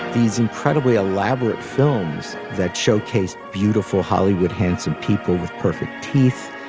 these incredibly elaborate films that showcase beautiful hollywood, handsome people with perfect teeth,